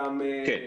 כן.